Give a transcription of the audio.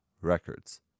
Records